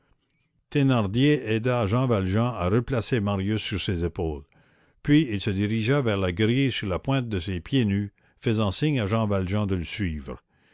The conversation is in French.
thénardier aida jean valjean à replacer marius sur ses épaules puis il se dirigea vers la grille sur la pointe de ses pieds nus faisant signe à jean valjean de le suivre